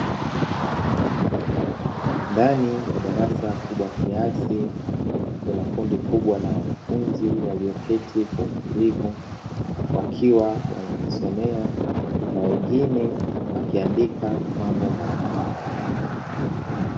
Ndani ya darasa kubwa kiasi kuna kundi kubwa na wanafunzi walioketi kwa utulivu wakiwa wanajisomea na wengine wakiandika mambo mbalimbali.